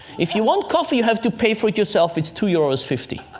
if you want coffee, you have to pay for it yourself, it's two euros fifty.